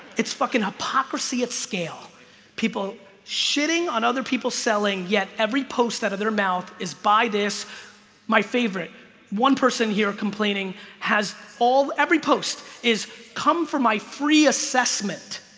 it's fucking hypocrisy at scale people shitting on other people selling yet every post out of their mouth is by this my favorite one person here complaining has all every post is come for my free assessment